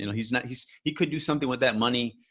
and he's not he's he could do something with that money.